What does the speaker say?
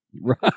Right